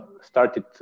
started